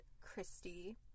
christy